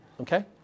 Okay